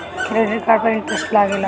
Credit card पर interest लागेला?